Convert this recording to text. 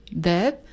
death